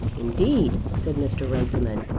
indeed, said mr. runciman,